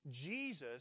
Jesus